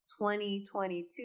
2022